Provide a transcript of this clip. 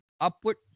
upward